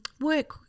Work